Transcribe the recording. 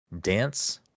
Dance